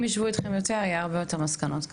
אם ישבו איתכם יותר, יהיו הרבה יותר מסקנות כאלו.